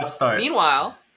meanwhile